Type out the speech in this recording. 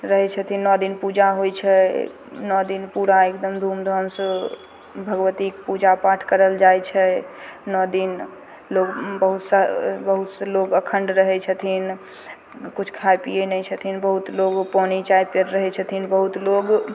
रहै छथिन नओ दिन पूजा होइ छै नओ दिन पुरा एकदम धूमधामसँ भगवतीके पूजा पाठ कयल जाइ छै नओ दिन लोग बहुत सा बहुत सा लोग अखण्ड रहै छथिन किछु खाइ पियै नहि छथिन बहुत लोग पानि चाय पर रहै छथिन बहुत लोग